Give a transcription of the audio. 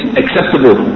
acceptable